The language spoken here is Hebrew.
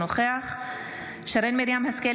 אינו נוכח שרן מרים השכל,